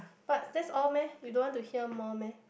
but that's all meh you don't want to hear more meh